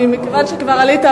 מכיוון שכבר עלית,